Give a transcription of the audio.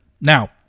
Now